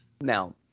Now